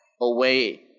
away